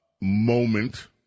moment